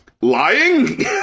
lying